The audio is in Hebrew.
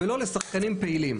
ולא לשחקנים פעילים.